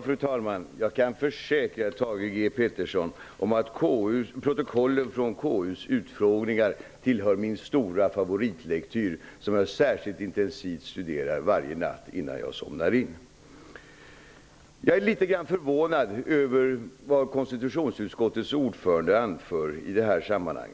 Fru talman! Jo då, jag kan försäkra Thage G Peterson om att protokollen från KU:s utfrågningar tillhör min verkliga favoritlektyr, som jag särskilt intensivt studerar varje natt innan jag somnar in. Jag är litet grand förvånad över vad konstitutionsutskottets ordförande anför i detta sammanhang.